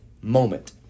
moment